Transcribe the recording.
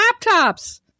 laptops